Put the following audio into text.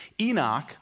Enoch